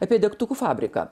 apie degtukų fabriką